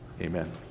Amen